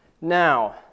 now